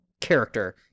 character